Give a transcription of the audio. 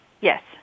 Yes